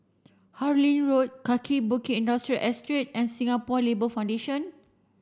Harlyn Road Kaki Bukit Industrial Estate and Singapore Labour Foundation